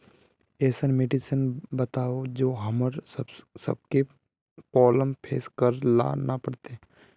ऐसन मेडिसिन बताओ जो हम्मर सबके प्रॉब्लम फेस करे ला ना पड़ते?